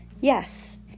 yes